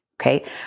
okay